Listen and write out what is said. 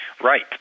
Right